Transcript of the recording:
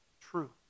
true